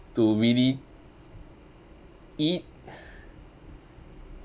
to really eat